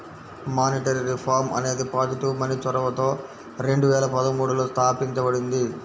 monetary reform అనేది positive money చొరవతో రెండు వేల పదమూడులో తాపించబడింది